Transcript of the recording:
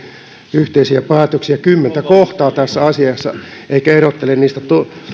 yhteisiä päätöksiä kymmentä kohtaa tässä asiassa eikä erottele niistä